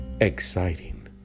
exciting